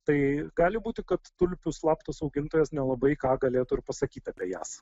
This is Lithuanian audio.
tai gali būti kad tulpių slaptas augintojas nelabai ką galėtų pasakyti apie jas